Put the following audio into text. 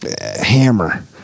hammer